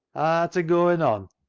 ar'ta goin' on?